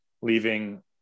leaving